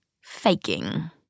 faking